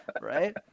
right